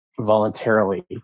voluntarily